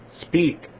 speak